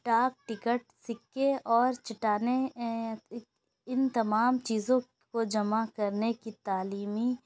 ڈاک ٹکٹ سکے اور چٹانیں ان تمام چیزوں کو جمع کرنے کی تعلیمی